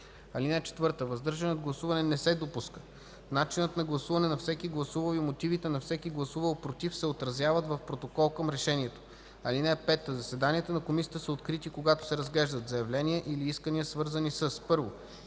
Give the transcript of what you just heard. канализацията. (4) Въздържане от гласуване не се допуска. Начинът на гласуване на всеки гласувал и мотивите на всеки гласувал против се отразяват в протокол към решението. (5) Заседанията на комисията са открити, когато се разглеждат заявления или искания, свързани със: